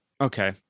okay